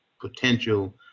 potential